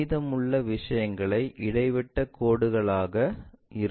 மீதமுள்ள விஷயங்கள் இடைவிட்டக் கோடுகள் ஆக இருக்கும்